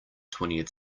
twentieth